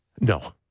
No